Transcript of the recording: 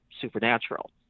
supernatural